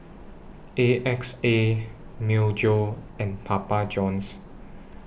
A X A Myojo and Papa Johns